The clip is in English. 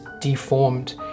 deformed